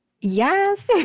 Yes